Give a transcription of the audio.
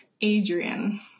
Adrian